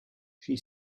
she